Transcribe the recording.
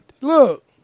Look